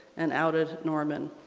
and outed norman.